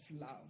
love